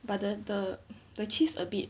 but the the the cheese a bit